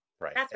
right